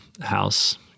house